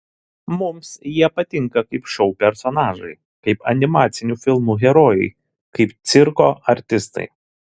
mums jie patinka kaip šou personažai kaip animacinių filmų herojai kaip cirko artistai